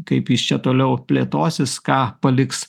kaip jis čia toliau plėtosis ką paliks